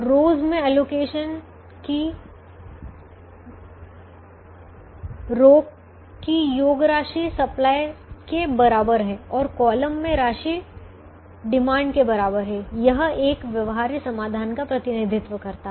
रो में एलोकेशन की रो की योग राशि सप्लाई के बराबर है और कॉलम में राशि डिमांड के बराबर है यह एक व्यवहार्य समाधान का प्रतिनिधित्व करता है